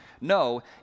No